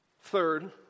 Third